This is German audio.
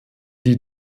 die